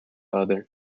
other